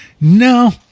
no